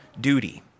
duty